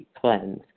cleanse